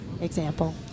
example